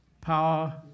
power